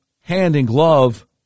hand-in-glove